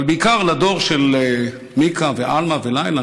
אבל בעיקר לדור של מיקה ואנה ולילה,